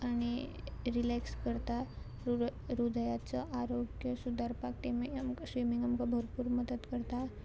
आनी रिलेक्स करता रु हृदयाचो आरोग्य सुदरपाक तेमी आमकां स्विमींग आमकां भरपूर मदत करता